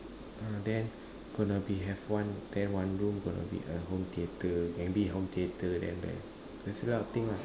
ah then gonna be have one then one room going to be a home theater can be home theater then like there there's a lot of thing lah